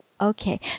Okay